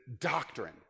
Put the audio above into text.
doctrine